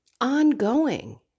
ongoing